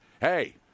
hey